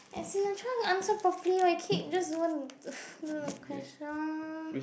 as in I'm trying to answer properly but you keep just don't do the question